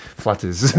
flutters